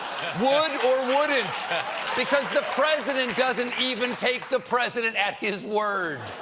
would or wouldn't because the president doesn't even take the president at his word.